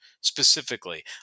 specifically